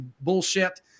bullshit